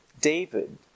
David